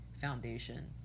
Foundation